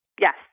Yes